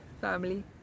Family